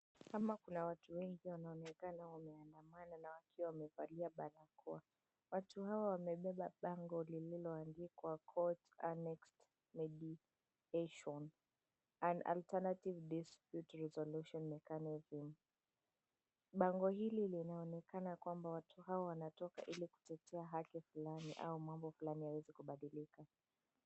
Kama kuna watu wengi wanaonekana wameandamana na wakiwa wamevalia barakoa. Watu hawa wamebeba bango lililoandikwa, 'Court Annexed Medication and alternative dispute resolution mechanism.' Bango hili linaonekana kwamba watu hawa wanatoka ili kutetea haki fulani au mambo fulani yaweze kubadilika.